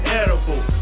edible